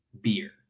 beer